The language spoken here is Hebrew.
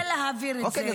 אנחנו נרצה להעביר את זה.